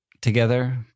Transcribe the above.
together